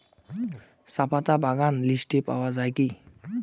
চাপাতা বাগান লিস্টে পাওয়া যায় কি?